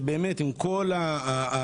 ובאמת עם כל ההבנה,